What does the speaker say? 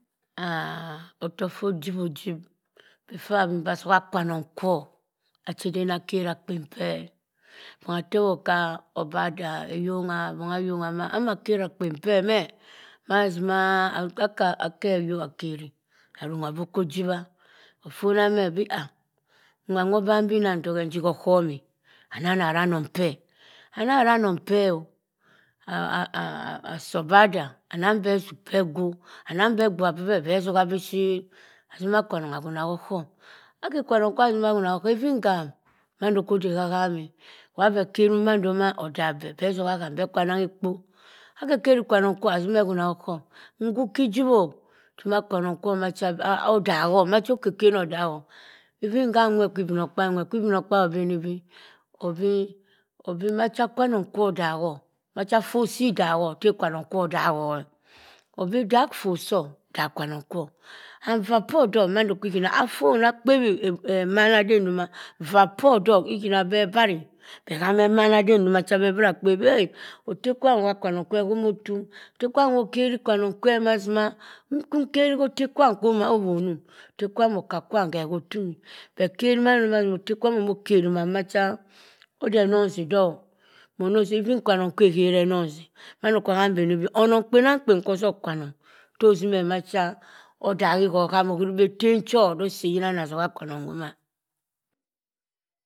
ottoh foh jiwo jib befor amembe zoha kwanong foh achedo accherah kpen kwe bong ah teword kha obadah, ayongha bong a gongha mah amah kehreha akpen kwe meh maizima akah akhe qoh akehri arongha boh okoh jiwa nfoniah meh obi la nwan mah odey bi sah dohe nji hucom anal zah rah anong phe anang beh zu beh gwo anang beh abua sabeh beh zohabi shi ahzima kwanong awuna ohume aki kwanong kwo azima wona ohum even ham mado odey kah hameh wah beh kehi rum mando mah odha beh, beh zoha ham be kha nanghe kpo akeh kehri kwanong kwo azimeh wonah ohame ngwu kih jiwoh jsimah kwanong macha oddaho maeho okei kien oh dceho even kum weht kha igbimogkpaabi nwhet k igbimogkpaasi ogbeni bi obi obi macha kwanong kwo dahor macha fohsi dahor tey kwanong kwo odahor obi duh fok soh tara kwanong and uah poh dohk mahn do'h figina aton akpewi emana den duma uah poh dohk ighimah beh barry behama emana dem duma beh kpe wi hay oteh kwam wha kwa nong kwe bkohmotum oteh kwam okeri kwanong kwe mazima nkukeri oteh kwam koh owonum oteh kwam okah kwam keh ho tumi beh kehri marima oteh kwam okeruman macha odey enonzy doh moh noseh even kwanong kwe odey enonzy mando uham beni bi onong kpenangk pen koh soh kpauong teh ozimeh ma cha odahi ho gam oh obi etem cho anah zoha kwanong duma.